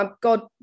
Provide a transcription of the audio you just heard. God